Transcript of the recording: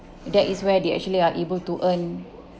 that is where they actually are able to earn